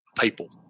people